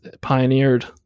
pioneered